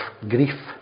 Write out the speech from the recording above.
grief